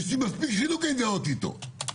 יש לי מספיק חילוקי דעות איתו.